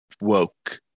woke